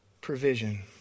provision